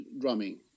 drumming